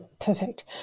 perfect